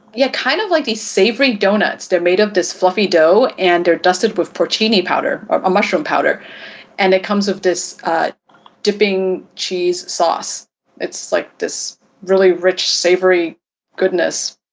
yeah kind of like the savory doughnuts that made of this fluffy dough and they're dusted with porcini powder, a mushroom powder and that comes of this dipping cheese sauce that's like this really rich savory goodness.